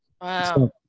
wow